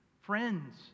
Friends